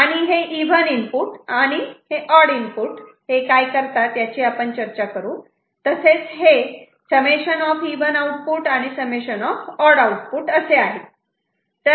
आणि हे even input आणि ऑड इनपुट हे काय करतात याची आपण चर्चा करू आणि तसेच हे समेशन ऑफ इव्हन आउटपुट आणि समेशन ऑफ ऑड आउटपुट असे आहेत